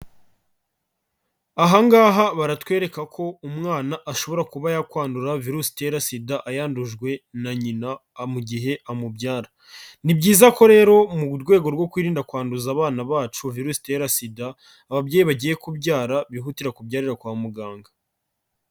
Aha ngaha baratwereka ko umwana ashobora kuba yakwandura virusi itera SIDA ayandujwe na nyina mu gihe amubyara, ni byiza ko rero mu rwego rwo kwirinda kwanduza abana bacu virusi itera SIDA, ababyeyi bagiye kubyara bihutira kubyarira kwa muganga.